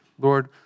Lord